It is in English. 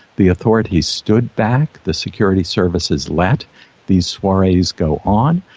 the authorities stood back, the security services let these soirees go on,